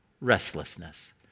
Restlessness